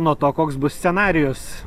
nuo to koks bus scenarijus